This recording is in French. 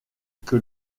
que